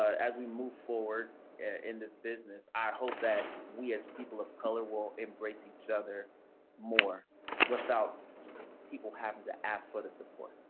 as we move forward in this business, i hope that we as people of color will embrace each other more without people having to ask for the support.